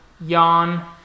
yawn